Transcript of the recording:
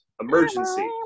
emergency